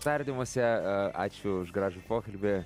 tardymuose ačiū už gražų pokalbį